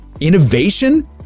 Innovation